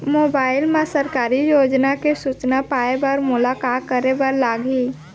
mobile मा सरकारी योजना के सूचना पाए बर मोला का करे बर लागही